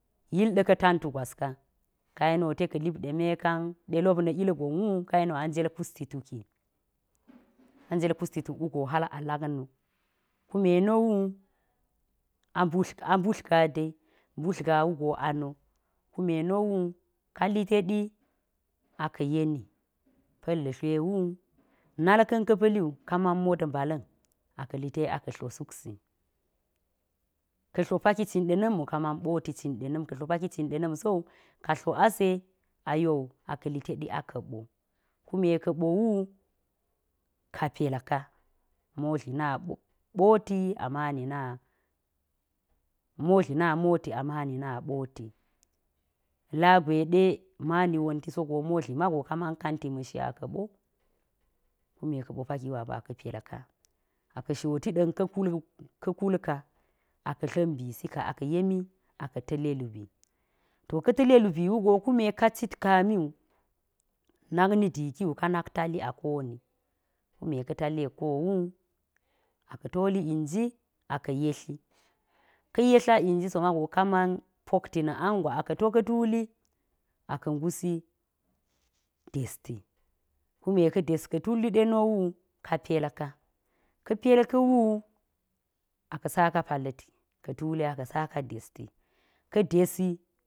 Yil ɗa̱ka̱ tantu gwas ka, ka yeni wo teka̱ lip ɗe meka̱n ɗe lop na̱ ilgon wu, ka yeni wo a njel kusti tuki. a njel kusti tuk wu go hal a lak no, kume no wu, a mbutl a mbutl gaa dai, mbutl gaa wu go a no, kume no wu, ka liteɗi, kali te ɗi a ka̱ yeni, kume pa̱l ga̱ lwe wu, nal ka̱n ka̱ pa̱li wu, ka man mot mbala̱n a sii lite a ka̱ tlo suk si. ka̱a̱ tlo paki cin ɗena̱m wu kaa ɓo paki cin ɗena̱m, ka̱a̱ tlo paki cin ɗe na̱m so wu, kaa tloo ase, ayɓoo wu a ka̱a̱ liteɗi a ka̱a̱ ɓo. kume ka̱a̱ ɓo wu, kaa pelka motli na ɓoti a mani na, motli na moti a mani na ɓoti, la gwe de̱ mani wonti so go motli mago ka man kanti ma̱shi a ka̱ ɓo, kume ka̱a̱ ɓo paki wu go a ka̱a̱ pelka a ka̱a̱ shoti ɗa̱n ka kulka. a ka̱ tia̱m bisi ka, aka̱ yemi, to kume ka̱ tile lubi wu go kume ka cit kami wu, nak ni diki wu ka na̱k tali a koni, kume ka̱ tali yek nko wu, a ka̱ toli inji a ka̱ yetli, ka̱ yetl a inji so ma go ka man pokti na̱ ang gwa a ka̱ to ka̱ tuli, a ka̱ ngusi desti, kume ka̱ dest ka̱ tulyi ɗe no wu, ka pelka, ka̱ pelka wu, a ka̱ saka palliti ka̱ tuli a ka̱ saka desti ka̱ desi.